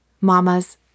mamas